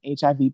HIV